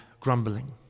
grumbling